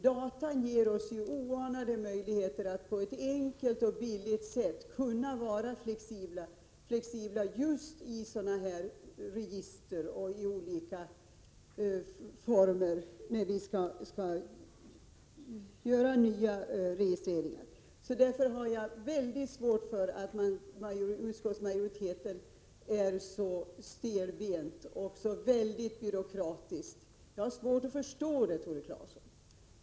Datorn ger oss ju oanade möjligheter att enkelt och billigt vara flexibla just beträffande register. Därför har jag svårt att förstå varför utskottsmajoriteten är så stelbent och byråkratisk.